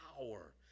power